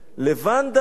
לבנדה.